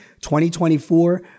2024